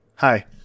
Hi